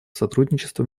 сотрудничества